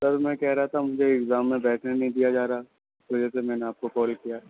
سر میں کہہ رہا تھا مجھے ایگزام میں بیٹھنے نہیں دیا جا رہا اس وجہ سے میں نے آپ کو کال کیا